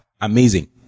Amazing